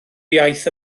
iaith